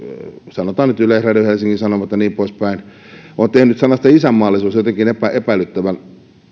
sanotaan nyt yleisradio helsingin sanomat ja niin poispäin on tehnyt sanasta isänmaallisuus jotenkin epäilyttävän